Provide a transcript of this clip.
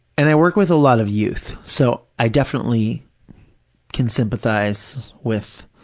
and i work with a lot of youth, so i definitely can sympathize with